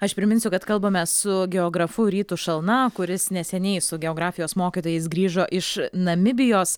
aš priminsiu kad kalbame su geografu rytu šalna kuris neseniai su geografijos mokytojais grįžo iš namibijos